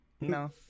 No